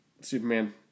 Superman